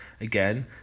Again